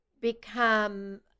become